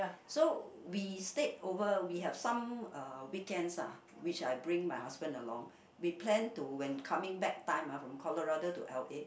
so we stayed over we have some uh weekends ah which I bring my husband along we planned to when coming back time ah from Colorado to L_A